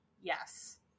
Yes